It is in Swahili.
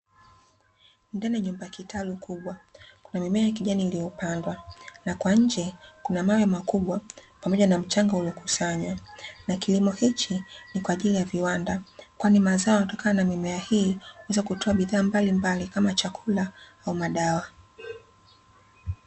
Ndani ya nyumba kitalu kubwa, kuna mimea ya kijani iliyopandwa, na kwa nje kuna mawe makubwa pamoja na mchanga uliokusanywa, na kilimo hichi ni kwa ajili ya viwanda, kwani mazao yatokayo na mimea hii, huweza kutoa bidhaa mbalimbali kama chakula na madawa.